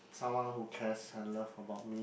someone who cares and love about me